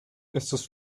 estos